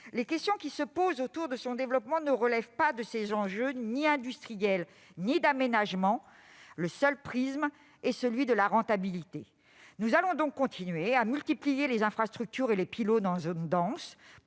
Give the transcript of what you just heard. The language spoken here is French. les questions qui se posent aujourd'hui concernant son développement ne relèvent pas de ces enjeux industriels ou d'aménagement ; le seul prisme est celui de la rentabilité. Nous allons donc continuer de multiplier les infrastructures et les pylônes en zone dense